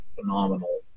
phenomenal